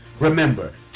Remember